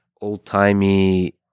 old-timey